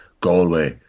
Galway